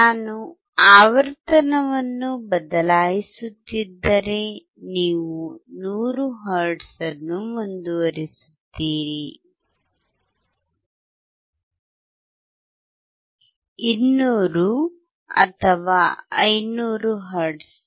ನಾನು ಆವರ್ತನವನ್ನು ಬದಲಾಯಿಸುತ್ತಿದ್ದರೆ ನೀವು 100 ಹರ್ಟ್ಜ್ ಅನ್ನು ಮುಂದುವರಿಸುತ್ತೀರಿ 200 ಅಥವಾ 500 ಹರ್ಟ್ಜ್